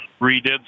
redid